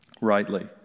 rightly